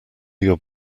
your